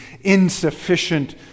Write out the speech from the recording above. insufficient